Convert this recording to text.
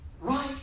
Right